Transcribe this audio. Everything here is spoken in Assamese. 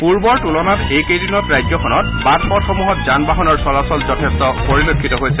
পূৰ্বৰ তুলনাত এই কেইদিনত ৰাজ্যখনত বাট পথসমূহতো যান বাহানৰ চলাচল যথেষ্ট পৰিলক্ষিত হৈছে